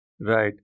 Right